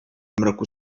mroku